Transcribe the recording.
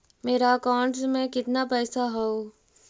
मेरा अकाउंटस में कितना पैसा हउ?